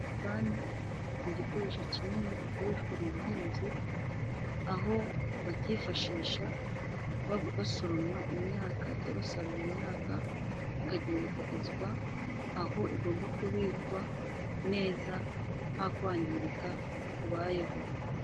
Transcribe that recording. Bani ni igikoresho kinini gikoreshwa mu buhinzi aho bakifashisha basoroma imyaka, basarura imyaka ikagenda ikagezwa aho igomba kubikwa neza nta kwangirika ku kubayeho.